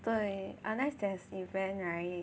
对 unless there's event right